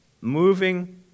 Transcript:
moving